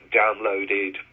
downloaded